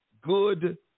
good